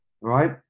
right